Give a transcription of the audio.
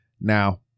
Now